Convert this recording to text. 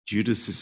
Judas